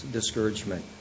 discouragement